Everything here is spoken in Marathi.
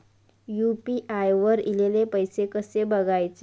यू.पी.आय वर ईलेले पैसे कसे बघायचे?